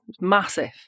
massive